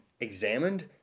examined